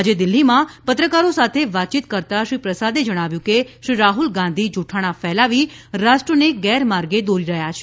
આજે દિલ્હીમાં પત્રકારો સાથે વાતયીત કરતાં શ્રી પ્રસાદે જણાવ્યુ હતું કે શ્રી રાહુલ ગાંધી જુઠાણા ફેલાવી રાષ્ટ્રને ગેરમાર્ગે દોરી રહ્યા છે